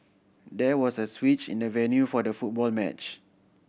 there was a switch in the venue for the football match